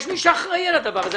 יש מי שאחראי על הדבר הזה.